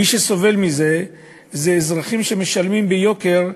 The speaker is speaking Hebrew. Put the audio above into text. מי שסובלים מזה אלה אזרחים שמשלמים ביוקר,